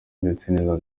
ndetse